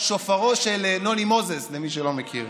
שופרו של נוני מוזס, למי שלא מכיר.